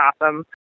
awesome